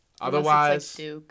Otherwise